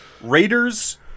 Raiders